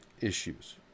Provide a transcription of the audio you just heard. issues